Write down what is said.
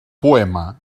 poema